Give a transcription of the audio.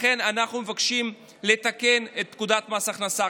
לכן אנחנו מבקשים לתקן את פקודת מס הכנסה.